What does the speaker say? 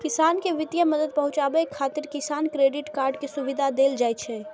किसान कें वित्तीय मदद पहुंचाबै खातिर किसान क्रेडिट कार्ड के सुविधा देल जाइ छै